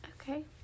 Okay